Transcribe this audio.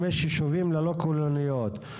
חמישה ישובים ללא כוללניות.